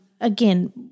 Again